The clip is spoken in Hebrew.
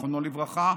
זיכרונו לברכה,